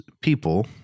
people